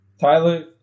Tyler